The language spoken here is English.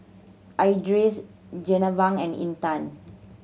Idris Jenab and Intan